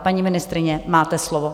Paní ministryně, máte slovo.